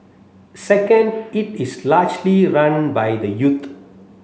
second it is largely run by the youth